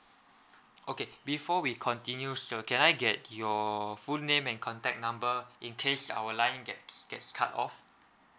okay before we continue sir can I get your full name and contact number in case our line gets gets cut off